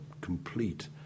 complete